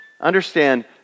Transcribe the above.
Understand